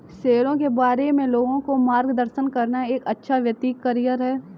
शेयरों के बारे में लोगों का मार्गदर्शन करना एक अच्छा वित्तीय करियर है